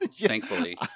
thankfully